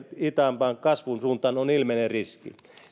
hitaamman kasvun suuntaan on ilmeinen riski